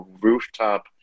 rooftop